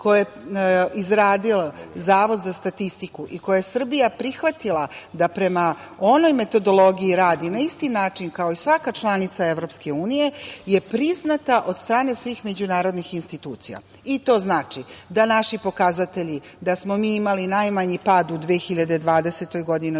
koje je izradio Zavod za statistiku i koje je Srbija prihvatila da prema onoj metodologiji radi na isti način kao i svaka članica EU je priznata od strane svih međunarodnih institucija. To znači da naši pokazatelji, da smo mi imali najmanji pad u 2020. godini